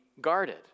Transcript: guarded